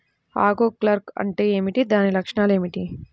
ఆకు కర్ల్ అంటే ఏమిటి? దాని లక్షణాలు ఏమిటి?